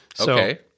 Okay